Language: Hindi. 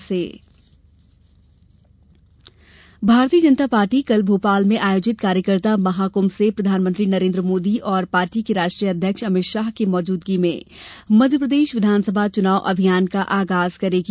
कार्यकर्ता महाकुंभ भारतीय जनता पार्टी कल भोपाल में आयोजित कार्यकर्ता महाकुंभ से प्रधानमंत्री नरेन्द्र मोदी और पार्टी के राष्ट्रीय अध्यक्ष अमित शाह की मौजूदगी में मध्यप्रदेश विधानसभा चूनाव अभियान का आगाज करेगी